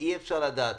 ואי-אפשר לדעת.